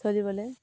চলিবলে